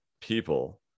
people